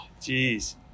Jeez